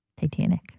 Titanic